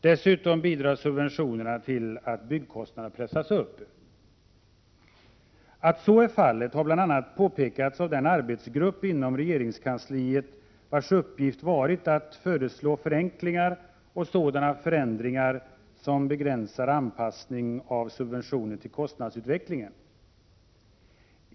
Dessutom bidrar subventionerna till att byggkostnaderna pressas upp. Att så är fallet har bl.a. påpekats av den arbetsgrupp inom regeringskansliet vars uppgift varit att föreslå förenklingar och sådana förändringar som begränsar anpassning av subventioner till kostnadsutvecklingen.